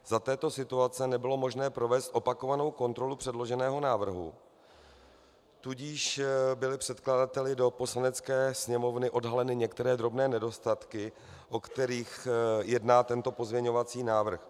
Za této situace nebylo možné provést opakovanou kontrolu předloženého návrhu, tudíž byly předkladateli do Poslanecké sněmovny odhaleny některé drobné nedostatky, o kterých jedná tento pozměňovací návrh.